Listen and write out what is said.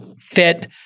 fit